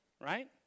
right